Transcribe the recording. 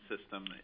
system